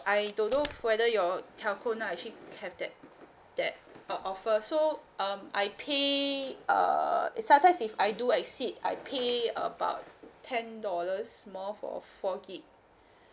I don't know whether your telco now actually have that that uh offer so um I pay uh sometimes if I do exceed I pay about ten dollars more for four gig